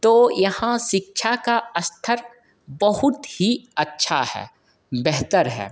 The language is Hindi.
तो यहाँ शिक्षा का स्तर बहुत ही अच्छा है बेहतर है